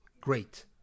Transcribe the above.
Great